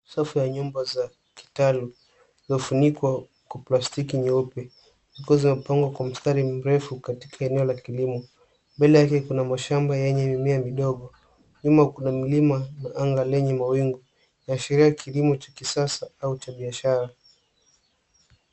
Safu ya nyumba za kitaalum zimefunikwa kwa plastiki nyeupe zikiwa zimepangwa kwa mstari mrefu katika eneo la kilimo. Mbele yake kuna mashamba yenye mimea midogo. Nyuma kuna milima na anga lenye mawingu ikiashiria kilimo cha kisasa au cha biashara.